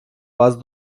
вас